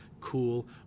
cool